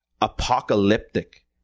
apocalyptic